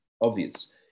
obvious